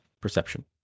perception